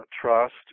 trust